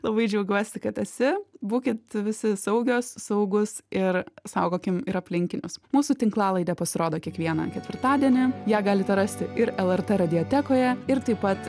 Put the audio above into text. labai džiaugiuosi kad esi būkit visi saugios saugūs ir saugokim ir aplinkinius mūsų tinklalaidė pasirodo kiekvieną ketvirtadienį ją galite rasti ir lrt radiotekoje ir taip pat